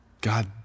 God